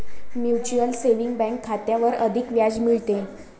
mutual saving bank खात्यावर अधिक व्याज मिळते